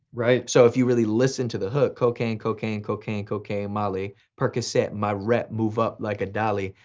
right. so if you really listen to the hook, cocaine, cocaine, cocaine, cocaine, molly, percocet, my rep, move up like a dolly,